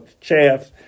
chaff